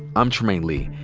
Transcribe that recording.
i'm trymaine lee.